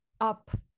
up